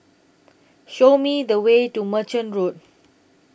Show Me The Way to Merchant Road